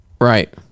right